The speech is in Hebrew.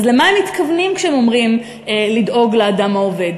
אז למה הם מתכוונים כשהם אומרים "לדאוג לאדם העובד"?